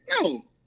No